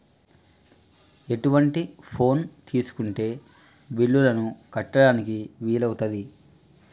ఎటువంటి ఫోన్ తీసుకుంటే బిల్లులను కట్టడానికి వీలవుతది?